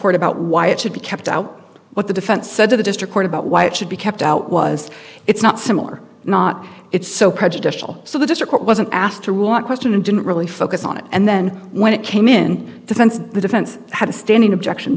court about why it should be kept out what the defense said to the district court about why it should be kept out was it's not similar not it's so prejudicial so the district wasn't asked to rule on question and didn't really focus on it and then when it came in defense the defense had a standing objection